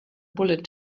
bullet